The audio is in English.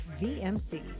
VMC